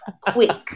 quick